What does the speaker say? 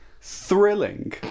thrilling